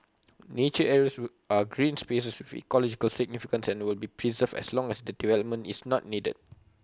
nature areas are green spaces with ecological significance and will be preserved as long as development is not needed